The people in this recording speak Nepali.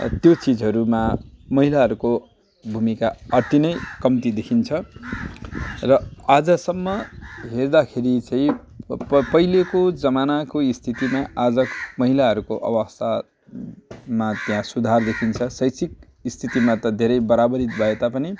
त्यो चिजहरूमा महिलाहरूको भूमिका अति नै कम्ती देखिन्छ र आजसम्म हेर्दाखेरि चाहिँ पहिलेको जमानाको स्थितिमा आज महिलाहरूको अवस्थामा त्यहाँ सुधार देखिन्छ शैक्षिक स्थितिमा त धेरै बराबरी भए तापनि